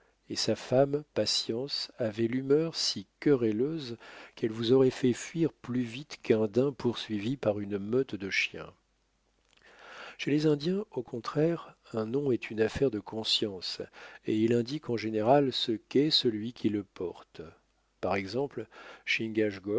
et sa femme patience avait l'humeur si querelleuse qu'elle vous aurait fait fuir plus vite qu'un daim poursuivi par une meute de chiens chez les indiens au contraire un nom est une affaire de conscience et il indique en général ce qu'est celui qui le porte par exemple